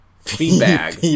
Feedback